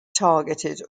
targeted